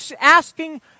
asking